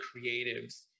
creatives